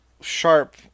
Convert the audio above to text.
sharp